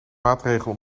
maatregel